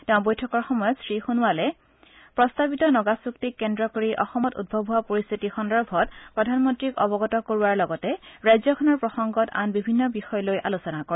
এই বৈঠকৰ সময়ত শ্ৰীসোণোৱালে প্ৰস্তাৱিত নগা চুক্তিক কেন্দ্ৰ কৰি অসমত উদ্ভৱ হোৱা পৰিস্থিতি সন্দৰ্ভত প্ৰধানমন্নীক অৱগত কৰোৱাৰ লগতে ৰাজ্যখনৰ প্ৰসংগত আন বিভিন্ন বিষয় লৈ আলোচনা কৰে